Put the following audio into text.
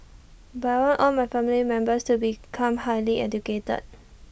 but I want all my family members to become highly educated